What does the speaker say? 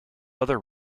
other